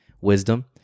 wisdom